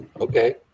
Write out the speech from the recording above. Okay